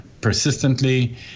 persistently